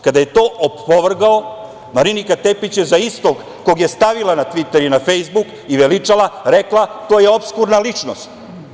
Kada je to opovrgao Marinika Tepić je za istog, kog je stavila na Tviter i Fejsbuk i veličala rekla da je to opskurna ličnost.